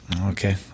Okay